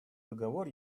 договор